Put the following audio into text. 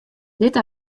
dit